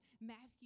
Matthew